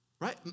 right